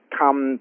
come